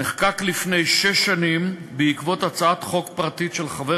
נחקק לפני שש שנים בעקבות הצעת חוק פרטית של חבר